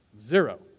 Zero